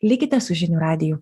likite su žinių radiju